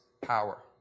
power